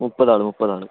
മുപ്പത് ആൾ മുപ്പത് ആൾ